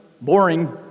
boring